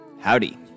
Howdy